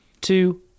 two